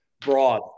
broad